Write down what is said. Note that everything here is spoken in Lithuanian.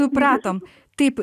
supratom taip